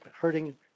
hurting